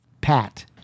Pat